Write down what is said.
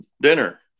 dinner